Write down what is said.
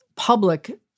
public